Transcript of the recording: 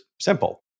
simple